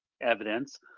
evidence